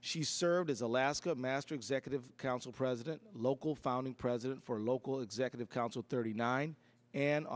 she served as alaska master executive council president local founding president for local executive council thirty nine and